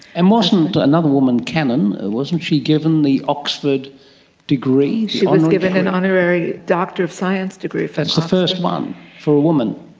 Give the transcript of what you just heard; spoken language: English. and wasn't another woman, cannon, wasn't she given the oxford degree? she was given an honorary doctor of science degree. that's the first one for a woman.